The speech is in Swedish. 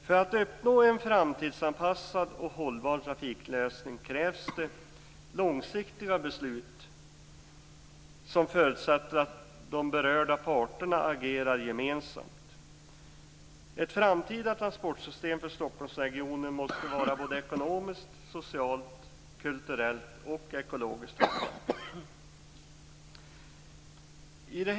För uppnå en framtidsanpassad och hållbar trafiklösning krävs det långsiktiga beslut som följs av att de berörda parterna agerar gemensamt. Ett framtida transportsystem för Stockholmsregionen måste vara ekonomiskt, socialt, kulturellt och ekologiskt hållbart.